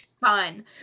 Fun